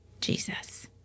Jesus